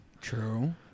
True